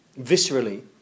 viscerally